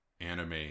anime